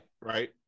Right